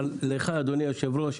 אבל לך אדוני היושב-ראש,